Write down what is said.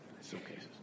suitcases